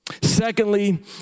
Secondly